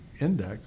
index